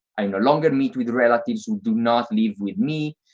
i no longer meet with relatives who do not live with me.